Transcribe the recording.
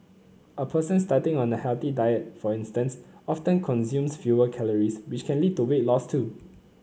a person starting on a healthy diet for instance often consumes fewer calories which can lead to weight loss too